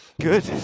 Good